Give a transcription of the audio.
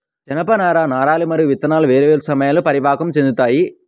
జనపనార నారలు మరియు విత్తనాలు వేర్వేరు సమయాల్లో పరిపక్వం చెందుతాయి